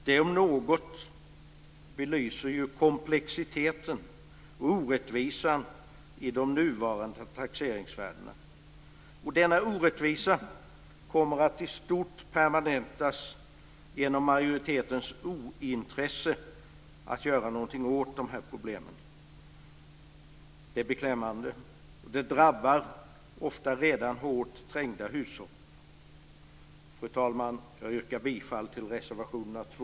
Det om något belyser komplexiteten och orättvisan i de nuvarande taxeringsvärdena. Denna orättvisa kommer att i stort permanentas genom majoritetens ointresse att göra något åt problemen. Det är beklämmande. Det drabbar ofta redan hårt trängda hushåll. Fru talman! Jag yrkar bifall till reservationerna 2